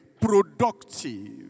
productive